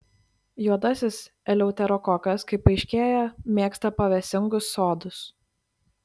juodasis eleuterokokas kaip aiškėja mėgsta pavėsingus sodus